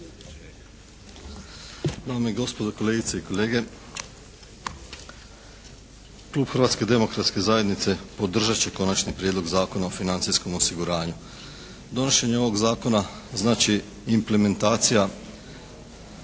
Hrvatske demokratske zajednice